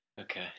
Okay